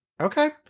Okay